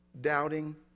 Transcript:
doubting